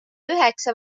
üheksa